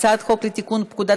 כעת נצביע על הצעת חוק לתיקון פקודת